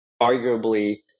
arguably